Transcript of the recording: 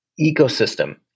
ecosystem